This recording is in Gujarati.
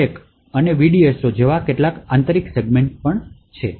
સ્ટેક અને VDSO જેવા કેટલાક આંતરિક સેગમેન્ટ્સ પણ હાજર છે